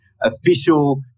official